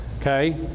Okay